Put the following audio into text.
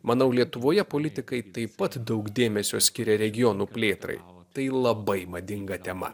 manau lietuvoje politikai taip pat daug dėmesio skiria regionų plėtrai tai labai madinga tema